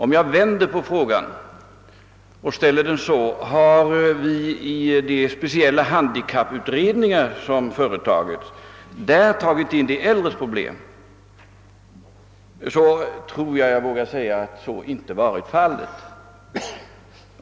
Herr talman! Låt mig vända på frågan: Har vi i de speciella handikapputredningar som företagits fört in de äldres problem? Jag vågar svara att så inte varit fallet.